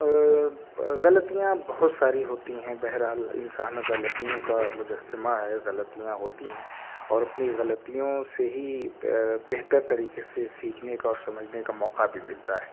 غلطیاں بہت ساری ہوتی ہیں بہرحال انسان غلطیوں کا مجسمہ ہے غلطیاں ہوتی ہیں اور اپنی غلطیوں سے ہی بہتر طریقے سے سیکھنے کا اور سمجھنے کا موقعہ بھی ملتا ہے